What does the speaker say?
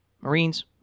Marines